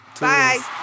Bye